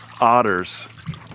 otters